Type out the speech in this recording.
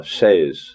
says